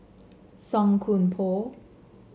Song Koon Poh